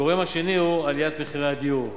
הגורם השני הוא עליית מחירי הדיור,